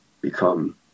become